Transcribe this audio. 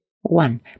one